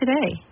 today